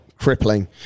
crippling